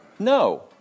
No